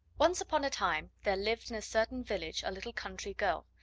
once upon a time there lived in a certain village a little country girl,